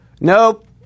Nope